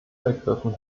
ergriffen